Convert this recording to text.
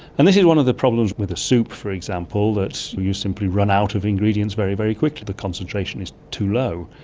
and this is one of the problems with a soup, for example, that you simply run out of ingredients very, very quickly, the concentration is too low.